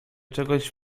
czegoś